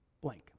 blank